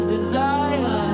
desire